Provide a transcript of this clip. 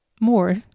more